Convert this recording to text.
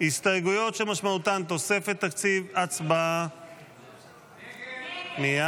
הסתייגויות שמשמעותן תוספת תקציב, הצבעה כעת.